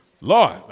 Lord